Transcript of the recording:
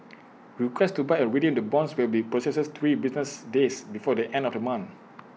requests to buy or redeem the bonds will be processed three business days before the end of the month